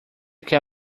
quer